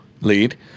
Lead